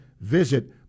visit